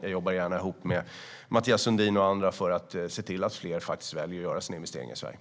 Jag jobbar gärna ihop med Mathias Sundin och andra för att se till att fler väljer att göra sina investeringar i Sverige.